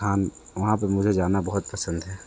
स्थान वहाँ पे मुझे जाना बहुत पसंद है